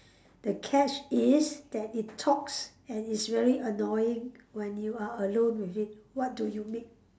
the catch is that it talks and it's really annoying when you are alone with it what do you make